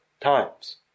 times